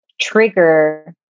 trigger